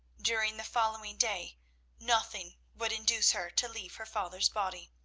during the following day nothing would induce her to leave her father's body.